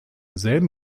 selben